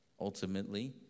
ultimately